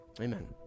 amen